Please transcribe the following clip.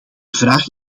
vraag